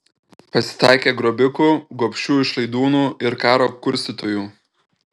pasitaikė grobikų gobšių išlaidūnų ir karo kurstytojų